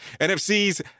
NFC's